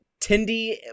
Tindy